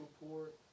report